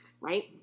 right